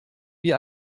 wie